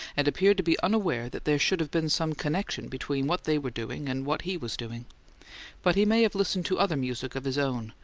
and appeared to be unaware that there should have been some connection between what they were doing and what he was doing but he may have listened to other music of his own,